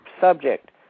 subject